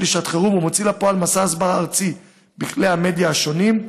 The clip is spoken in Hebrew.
לשעת חירום ומוציא לפועל מסע הסברה ארצי בכלי המדיה השונים,